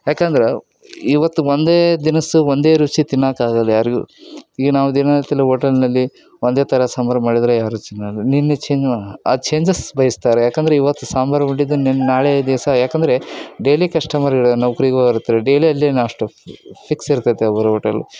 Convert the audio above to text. ಯಾಕಂದ್ರೆ ಇವತ್ತು ಒಂದೇ ದಿನಸ್ಸು ಒಂದೇ ರುಚಿ ತಿನ್ನಾಕ ಆಗೋಲ್ಲ ಯಾರಿಗೂ ಈಗ ನಾವು ದಿನನಿತ್ಯಲಿ ಓಟಲ್ನಲ್ಲಿ ಒಂದೇ ಥರ ಸಾಂಬಾರ್ ಮಾಡಿದರೆ ಯಾರೂ ತಿನ್ನುವುದಿಲ್ಲ ಆ ಚೇಂಜಸ್ ಬಯಸ್ತಾರೆ ಯಾಕಂದರೆ ಇವತ್ತು ಸಾಂಬಾರ್ ಉಳ್ದಿದ್ದನ್ನೇ ನಾಳೆ ದಿವಸ ಯಾಕಂದರೆ ಡೇಲಿ ಕಷ್ಟಮರ್ ಇರ್ ನೌಕ್ರಿಗೆ ಹೋಗಿರ್ತಾರೆ ಡೇಲಿ ಅಲ್ಲಿ ನಾಷ್ಟ ಫಿಕ್ಸ್ ಇರ್ತೈತೆ ಅವ್ರು ಓಟೆಲು